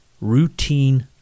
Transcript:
routine